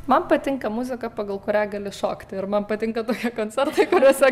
man patinka muzika pagal kurią gali šokti ir man patinka tokie koncertai kuriuose